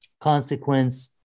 consequence